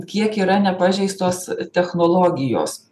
kiek yra nepažeistos technologijos